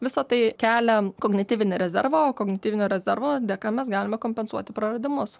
visa tai kelia kognityvinį rezervą o kognityvinio rezervo dėka mes galime kompensuoti praradimus